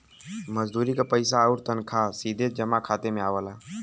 मजदूरी क पइसा आउर तनखा सीधे जमा खाता में आवला